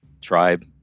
tribe